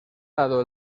dado